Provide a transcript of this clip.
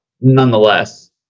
nonetheless